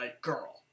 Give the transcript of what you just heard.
girl